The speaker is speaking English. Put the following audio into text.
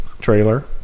Trailer